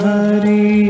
Hari